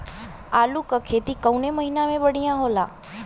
आलू क खेती कवने महीना में बढ़ियां होला?